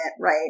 right